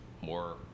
more